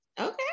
Okay